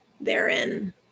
therein